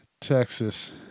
Texas